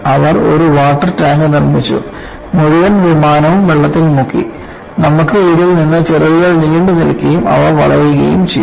അവർ ഒരു water tank നിർമ്മിച്ചിരുന്നു മുഴുവൻ വിമാനവും വെള്ളത്തിൽ മുക്കി നമുക്ക് ഇതിൽ നിന്ന് ചിറകുകൾ നീണ്ടുനിൽക്കുകയും അവ വളയുകയും ചെയ്തു